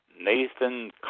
Nathan